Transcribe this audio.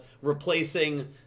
replacing